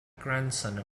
grandson